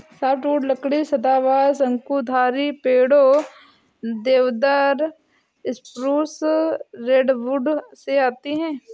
softwood लकड़ी सदाबहार, शंकुधारी पेड़ों, देवदार, स्प्रूस, रेडवुड से आती है